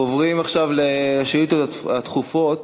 אנחנו עוברים עכשיו לשאילתות הדחופות.